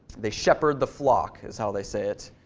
they shepherd the flock is how they say it.